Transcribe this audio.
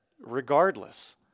regardless